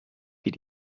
dvd